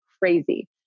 crazy